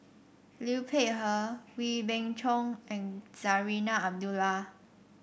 Liu Peihe Wee Beng Chong and Zarinah Abdullah